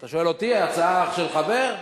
אתה שואל אותי, הצעה של חבר?